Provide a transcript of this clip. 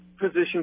position